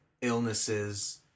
illnesses